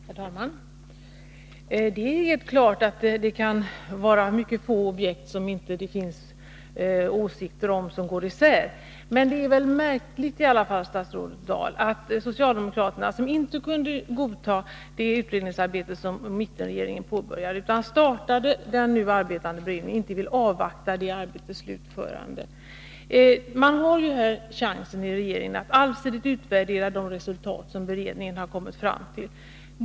Herr talman! Det är helt klart att det kan vara mycket få objekt om vilka åsikterna inte går isär. Men det är väl ändå märkligt, statsrådet Dahl, att socialdemokraterna, som inte kunde godta det utredningsarbete som mittenregeringen påbörjade utan startade den nu arbetande vattenkraftsberedningen, inte vill avvakta det arbetets slutförande. Man har ju här chansen iregeringen att allsidigt utvärdera de resultat som beredningen kommer fram till.